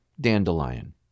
dandelion